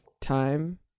time